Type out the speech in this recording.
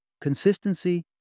Consistency